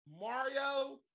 Mario